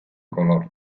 color